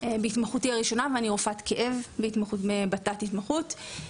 בהתמחותי הראשונה ואני רופאת כאב בתת ההתמחות שלי.